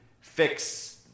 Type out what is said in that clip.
fix